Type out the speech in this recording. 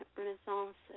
Renaissance